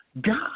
God